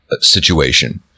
situation